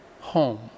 home